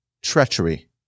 treachery